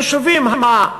וביישובים